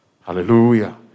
Hallelujah